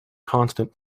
constant